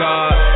God